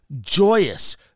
joyous